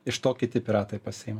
iš to kiti piratai pasiima